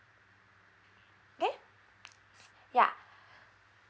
okay ya